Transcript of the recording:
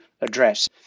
address